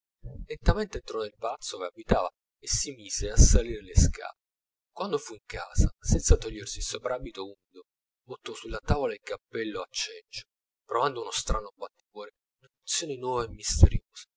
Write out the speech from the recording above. lentamente entrò nel palazzo ove abitava e si mise a salir le scale quando fu in casa senza togliersi il soprabito umido buttò sulla tavola il cappello a cencio provando uno strano batticuore un'emozione nuova